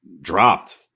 dropped